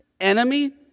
enemy